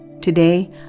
Today